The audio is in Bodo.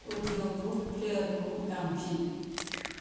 अदिय'बुक प्लैयारखौ दामफिन